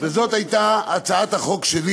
זאת הייתה הצעת החוק שלי.